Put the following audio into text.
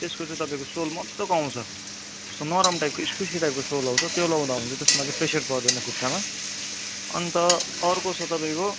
त्यसको चाहिँ तपाईँको सोल मज्जाको आउँछ नरम टाइपको इस्पोन्जी टाइपको सोल आउँछ त्यो लाउँदा हुन्छ त्यसमा चाहिँ प्रेसर पर्दैन खुट्टामा अन्त अर्को छ तपाईँको